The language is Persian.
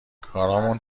کارامون